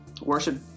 worship